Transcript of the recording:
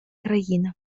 країна